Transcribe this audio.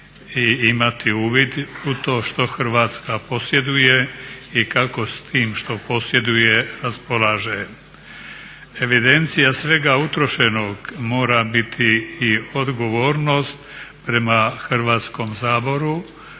Hrvatska posjeduje i kako s tim što posjeduje raspolaže. Evidencija svega utrošenog mora biti i odgovornost prema Hrvatskom saboru